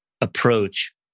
approach